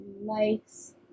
likes